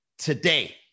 today